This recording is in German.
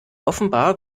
offenbar